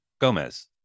Gomez